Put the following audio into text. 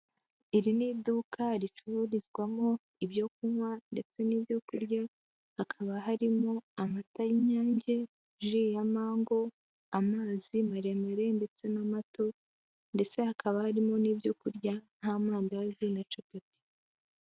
Iri ni iduka ricururizwamo ibyo kunywa ndetse n'ibyo kurya, hakaba harimo amata y'inyange, ji ya mango, amazi maremare ndetse n'amato ndetse hakaba harimo n'ibyo kurya nk'amandazi na capati.